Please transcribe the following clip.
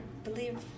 believe